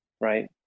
right